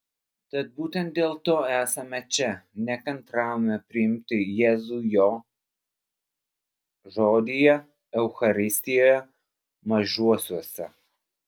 tad būtent dėl to esame čia nekantraujame priimti jėzų jo žodyje eucharistijoje mažuosiuose